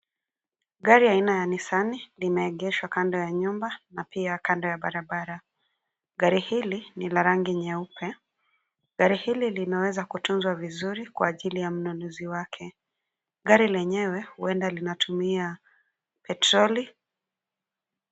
Gari aina ya Nissani, imeegeshwa kando ya nyumba na pia kando ya barabara. Gari hili ni la rangi nyeupe. Gari hili limeweza kutunzwa vizuri kwa ajili ya mnunuzi wake. Gari lenyewe huenda linatumia petroli.